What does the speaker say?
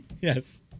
Yes